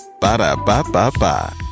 Ba-da-ba-ba-ba